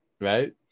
right